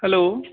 hello